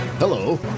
Hello